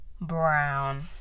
Brown